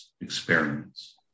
experiments